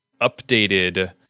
updated